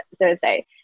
Thursday